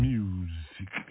Music